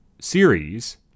series